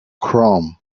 chrome